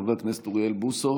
חבר הכנסת רון כץ,